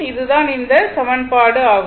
இது தான் இந்த சமன்பாடு ஆகும்